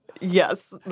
yes